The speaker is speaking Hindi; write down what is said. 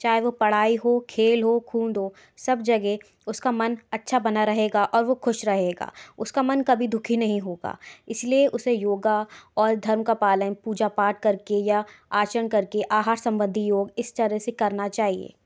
चाहे वो पढ़ाई हो खेल हो खूद हो सब जगह उसका मन अच्छा बना रहेगा और वो खुश रहेगा उसका मन कभी दुखी नहीं होगा इसलिए उसे योगा और धर्म का पालन पूजा पाठ करके या आसान करके आहार संबंधी योग इस तरह से करना चाहिए